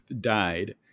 died